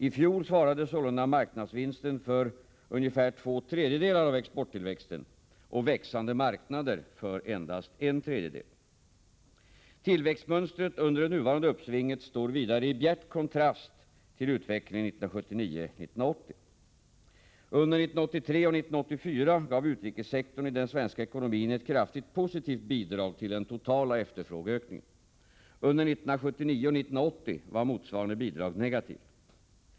I fjol svarade sålunda marknadsvinsten för ca två tredjedelar av exporttillväxten och växande marknader för endast en tredjedel. Tillväxtmönstret under det nuvarande uppsvinget står vidare i bjärt kontrast till utvecklingen 1979-1980. Under 1983 och 1984 gav utrikessektorn i den svenska ekonomin ett kraftigt positivt bidrag till den totala efterfrågeökningen. Under 1979 och 1980 var motsvarande bidrag negativt.